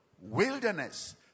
wilderness